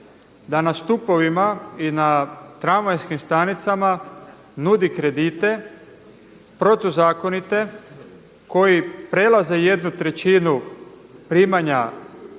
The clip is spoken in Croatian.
da na stupovima i na tramvajskim stanicama nudi kredite protuzakonite koji prelaze jednu trećinu primanja,